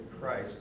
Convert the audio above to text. Christ